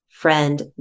friend